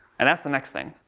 and that's the next thing.